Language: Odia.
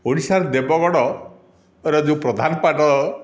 ଓଡ଼ିଶାର ଦେବଗଡ଼ରେ ଯେଉଁ ପ୍ରଧାନପାଟ